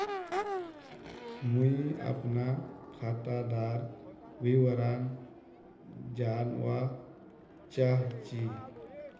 मुई अपना खातादार विवरण जानवा चाहची?